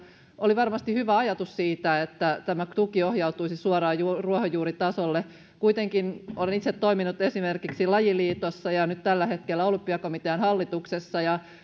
oli varmasti hyvä ajatus siitä että tämä tuki ohjautuisi suoraan ruohonjuuritasolle kuitenkin olen itse toiminut esimerkiksi lajiliitossa ja nyt tällä hetkellä olympiakomitean hallituksessa ja